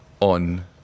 on